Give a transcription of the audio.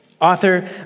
Author